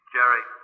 Jerry